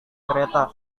kereta